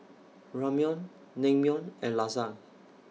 Ramyeon Naengmyeon and Lasagne